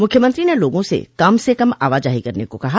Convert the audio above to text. मुख्यमंत्री ने लोगों से कम से कम आवाजाही करने को कहा है